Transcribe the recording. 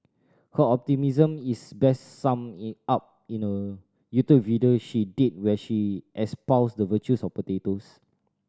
her optimism is best summed up in a YouTube video she did where she espoused the virtues of potatoes